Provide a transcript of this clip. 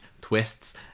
twists